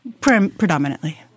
predominantly